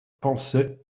pensait